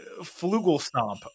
Flugelstomp